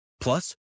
Plus